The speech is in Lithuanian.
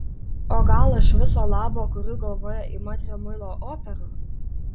o gal aš viso labo kuriu galvoje įmantrią muilo operą